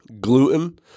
gluten